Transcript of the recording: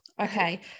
okay